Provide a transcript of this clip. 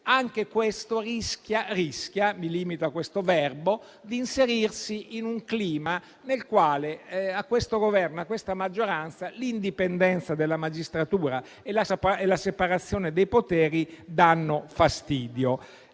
anche questo rischia - mi limito a questo verbo - di inserirsi in un clima nel quale a questo Governo e questa maggioranza l'indipendenza della magistratura e la separazione dei poteri danno fastidio.